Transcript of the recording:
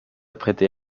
prêté